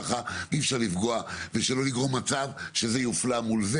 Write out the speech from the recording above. אי אפשר לפגוע ולגרום למצב שזה יופלה מול זה.